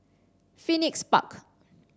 Phoenix Park